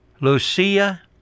Lucia